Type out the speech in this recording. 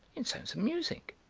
it sounds amusing,